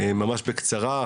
ממש בקצרה,